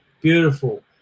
Beautiful